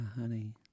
honey